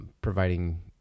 Providing